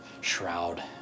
shroud